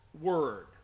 word